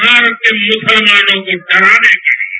भारत के मुसलमानों को डराने के लिए